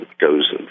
goes